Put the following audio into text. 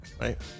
right